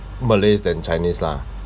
malays than chinese lah